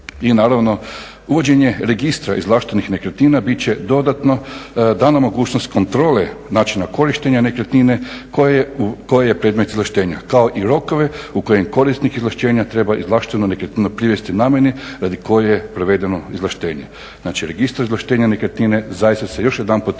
I naravno uvođenje registra izvlaštenih nekretnina bit će dodatno dana mogućnost kontrole načina korištenja nekretnine koje je predmet izvlaštenja kao i rokovi u kojim korisnik izvlašćenja treba izvlaštenu nekretninu privesti namjeni radi koje je provedeno izvlaštenje. Znači, registar izvlaštenja nekretnine zaista se još jedanput